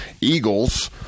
Eagles